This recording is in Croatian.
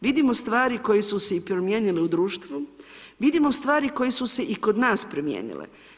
Vidimo stvari koje su se i promijenile u društvu, vidimo stvari koje su se i kod nas promijenile.